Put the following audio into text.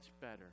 better